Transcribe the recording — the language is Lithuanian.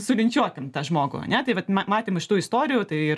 sulinčiuokim tą žmogų ane tai vat ma matėm iš tų istorijų tai ir